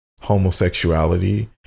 homosexuality